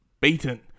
beaten